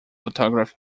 photograph